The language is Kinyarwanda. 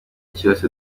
cyose